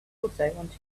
wanted